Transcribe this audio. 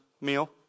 meal